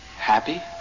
Happy